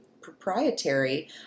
proprietary